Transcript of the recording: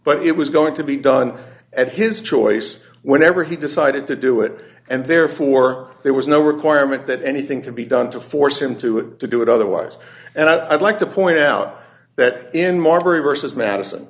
but it was going to be done and his choice whenever he decided to do it and therefore there was no requirement that anything can be done to force him to do it otherwise and i'd like to point out that in marbury vs madison